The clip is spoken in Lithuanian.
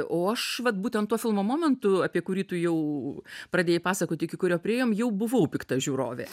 o aš vat būtent to filmo momentu apie kurį tu jau pradėjai pasakoti iki kurio priėjom jau buvau pikta žiūrovė